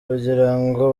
kugirango